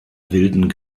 wilden